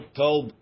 told